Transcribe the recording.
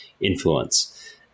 influence